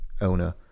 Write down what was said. owner